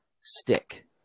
stick